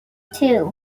two